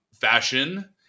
Fashion